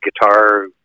guitar